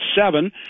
seven